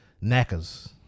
Knackers